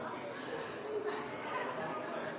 Det